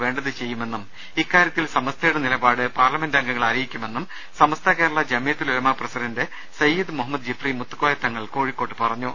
വേണ്ടത് ചെയ്യുമെന്നും ഇക്കാരൃത്തിൽ സമസ്തയുടെ നിലപാട് പാർലമെന്റ് അംഗങ്ങളെ അറിയിക്കുമെന്നും സമസ്ത കേരള ജംഇയ്യത്തുൽ ഉലമ പ്രസിഡന്റ് സയ്യിദ് മുഹമ്മദ് ജിഫ്രി മുത്തുക്കോയ തങ്ങൾ കോഴിക്കോട്ട് പറഞ്ഞു